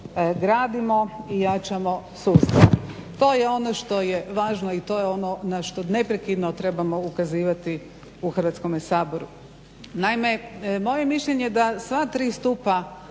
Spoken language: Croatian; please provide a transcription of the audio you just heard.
gradimo i jačamo sustav. To je ono što je važno i to je ono na što neprekidno trebamo ukazivati u Hrvatskome saboru. Naime, moje je mišljenje da sva tri stupa